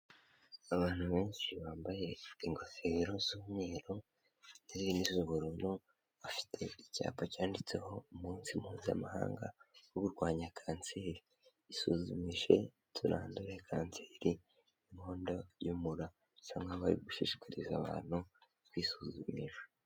Abantu benshi bambaye ingofero z'umweru ndetse n'iz'ubururu, bafite icyapa cyanditseho umunsi mpuzamahanga wo kurwanya kanseri, isuzumishije turandura kanseri y'inkondo y'umura, bisa nkaho bari gushishikariza abantu kwisuzumisha.